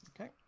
Okay